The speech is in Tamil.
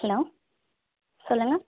ஹலோ சொல்லுங்கள்